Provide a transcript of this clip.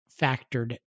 factored